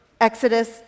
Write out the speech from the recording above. Exodus